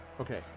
Okay